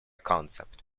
concept